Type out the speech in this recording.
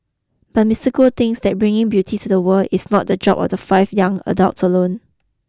but Mister Goth thinks that bringing beauty to the world is not the job of the five young adults alone